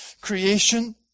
creation